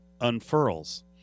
unfurls